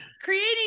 creating